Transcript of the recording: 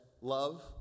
love